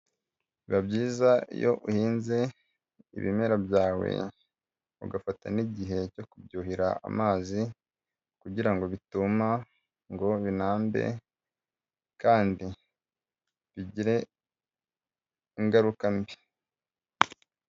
Biba byiza iyo uhinze ibimera byawe, ugafata n'igihe cyo kubyuhira amazi kugira ngo bituma ngo binambe kandi bigire ingaruka mbi.